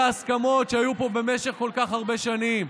את ההסכמות שהיו פה במשך כל כך הרבה שנים,